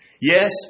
Yes